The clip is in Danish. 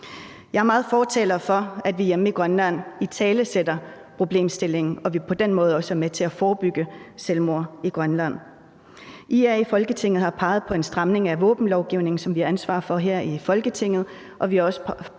Jeg er meget fortaler for, at vi hjemme i Grønland italesætter problemstillingen, og at vi på den måde også er med til at forebygge selvmord i Grønland. IA i Folketinget har peget på en stramning af våbenlovgivningen, som vi har ansvar for her i Folketinget, og vi har også